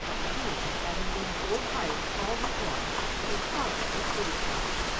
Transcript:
and he, having been an old tyrant all his life, was privately pleased by it.